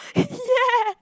ya